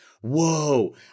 Whoa